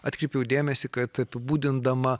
atkreipiau dėmesį kad apibūdindama